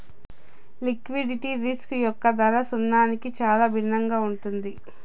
liquidity risk యొక్క ధరకి సున్నాకి చాలా భిన్నంగా ఉంటుంది